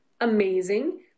Amazing